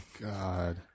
God